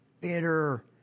bitter